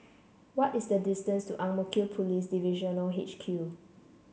what is the distance to Ang Mo Kio Police Divisional H Q